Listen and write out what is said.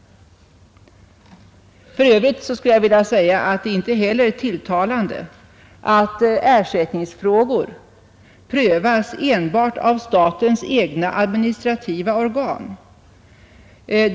För övrigt vill jag säga att det inte heller är tilltalande att ersättningsfrågor prövas enbart av statens egna administrativa organ.